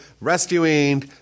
rescuing